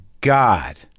god